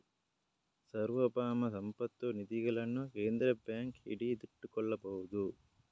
ಸಾರ್ವಭೌಮ ಸಂಪತ್ತು ನಿಧಿಗಳನ್ನು ಕೇಂದ್ರ ಬ್ಯಾಂಕ್ ಹಿಡಿದಿಟ್ಟುಕೊಳ್ಳಬಹುದು